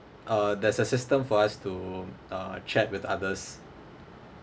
uh there's a system for us to uh chat with others